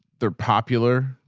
they're popular.